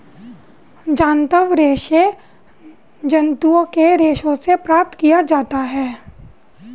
जांतव रेशे जंतुओं के रेशों से प्राप्त किया जाता है